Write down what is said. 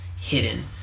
hidden